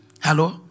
Hello